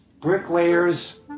bricklayers